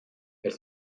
elle